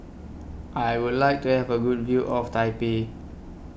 I Would like to Have A Good View of Taipei